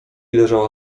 leżała